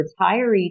retiree